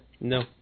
no